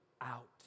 out